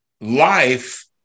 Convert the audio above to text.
life